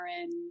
and-